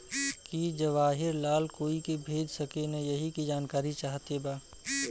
की जवाहिर लाल कोई के भेज सकने यही की जानकारी चाहते बा?